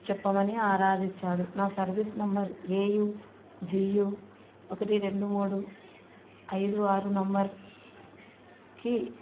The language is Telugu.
చెప్పమని ఆరాధించాడు నా service number A U G U ఒకటి రెండు మూడు ఐదు ఆరు నెంబర్